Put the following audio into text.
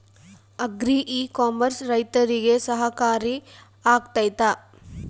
Agri e commerce ರೈತರಿಗೆ ಸಹಕಾರಿ ಆಗ್ತೈತಾ?